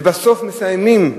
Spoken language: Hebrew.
ובסוף מסיימים,